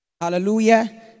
Hallelujah